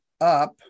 up